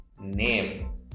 name